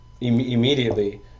immediately